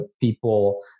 people